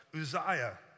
Uzziah